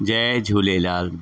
Jay Jhulelal